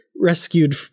rescued